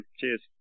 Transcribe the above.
Cheers